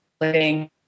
living